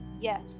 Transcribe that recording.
Yes